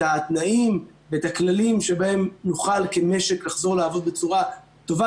התנאים ואת הכללים שבהם נוכל כמשק לחזור לעבוד בצורה טובה,